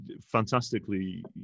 Fantastically